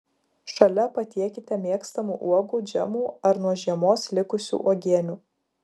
šalia patiekite mėgstamų uogų džemų ar nuo žiemos likusių uogienių